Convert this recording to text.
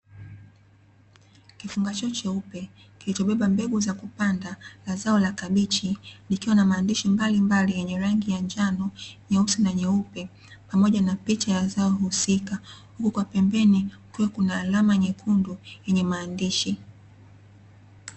Kifungashio cheupe kilichobeba mbegu za kupanda za zao la kabichi likiwa na maandishi mbalimbali yenye rangi ya njano, nyeusi na nyeupe pamoja na picha ya zao husika huku kwa pembeni kukiwa kuna alama nyekundu yenye maandishi.